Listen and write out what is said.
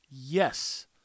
Yes